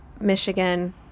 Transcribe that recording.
Michigan